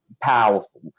powerful